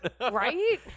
Right